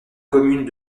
commune